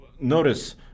notice